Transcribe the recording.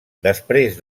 després